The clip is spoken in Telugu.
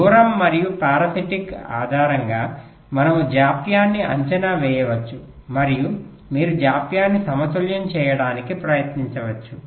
దూరం మరియు పారాసిటిక్ ఆధారంగా మనము జాప్యాన్ని అంచనా వేయవచ్చు మరియు మీరు జాప్యాన్ని సమతుల్యం చేయడానికి ప్రయత్నించవచ్చు